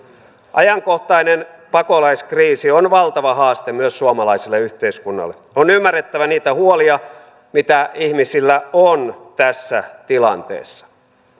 ajankohtainen pakolaiskriisi on valtava haaste myös suomalaiselle yhteiskunnalle on ymmärrettävä niitä huolia mitä ihmisillä on tässä tilanteessa